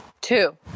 Two